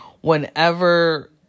Whenever